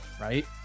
right